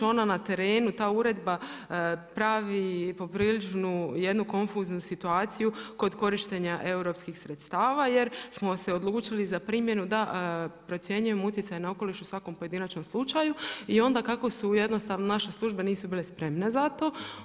Ona na terenu ta uredba pravi popriličnu jednu konfuznu situaciju, kod korištenja europskih sredstava jer smo se odlučili za primjenu da procjenjujemo utjecaj na okoliš u svakom pojedinačnom slučaju, i onda kako su jednostavno naše službe nisu bile spremne za to.